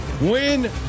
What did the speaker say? win